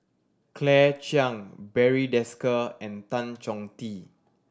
Claire Chiang Barry Desker and Tan Chong Tee